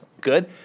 Good